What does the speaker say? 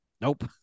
Nope